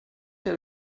der